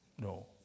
No